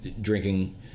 drinking